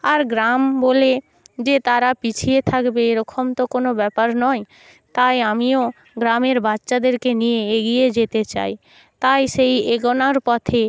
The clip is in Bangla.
আর গ্রাম বলে যে তারা পিছিয়ে থাকবে এরকম তো কোনও ব্যাপার নয় তাই আমিও গ্রামের বাচ্চাদেরকে নিয়ে এগিয়ে যেতে চাই তাই সেই এগনোর পথে